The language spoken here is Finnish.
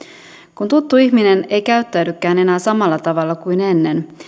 kun tuttu ihminen ei käyttäydykään enää samalla tavalla kuin ennen